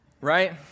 Right